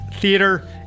theater